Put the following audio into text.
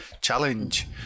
challenge